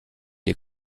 les